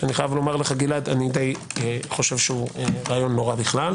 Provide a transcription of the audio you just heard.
שאני די חושב שהוא רעיון לא רע בכלל,